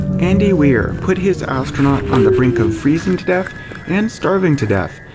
andy weir put his astronaut on the brink of freezing to death and starving to death,